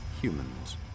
humans